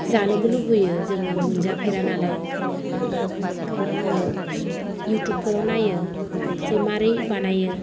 जानोबो लुबैयो जोङो मोनजाफेरा नालाय ओंखायनो ओंखायनो आङो युटुबफोराव नायो जे माबोरै बानायो